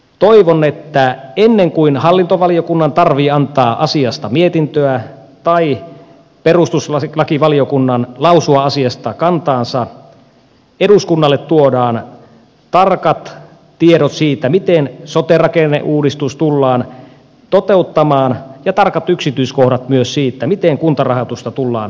toivon että ennen kuin hallintovaliokunnan tarvitsee antaa asiasta mietintöä tai perustuslakivaliokunnan lausua asiasta kantaansa eduskunnalle tuodaan tarkat tiedot siitä miten sote rakenneuudistus tullaan toteuttamaan ja tarkat yksityiskohdat myös siitä miten kuntarahoitusta tullaan kehittämään